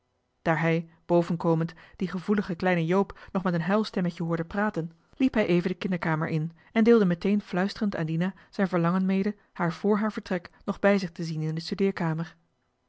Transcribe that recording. daar hij boven komend dien gevoeligen kleinen joop nog met een huilstemmetje hoorde praten liep hij even de kinderkamer in en deelde meteen fluisterend aan dina zijn verlangen mede haar vr haar vertrek nog bij zich te zien in de